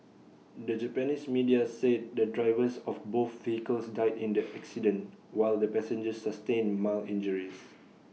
the Japanese media said the drivers of both vehicles died in the accident while the passengers sustained mild injuries